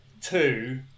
two